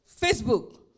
Facebook